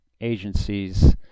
agencies